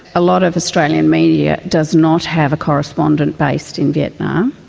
a lot of australian media does not have a correspondent based in vietnam.